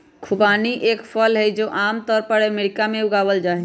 खुबानी एक फल हई, जो आम तौर पर अमेरिका में उगावल जाहई